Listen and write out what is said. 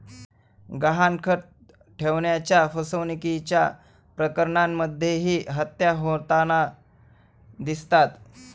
गहाणखत ठेवण्याच्या फसवणुकीच्या प्रकरणांमध्येही हत्या होताना दिसतात